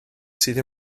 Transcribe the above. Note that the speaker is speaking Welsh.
sydd